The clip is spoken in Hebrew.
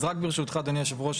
אז רק ברשותך אדוני יושב הראש,